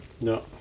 No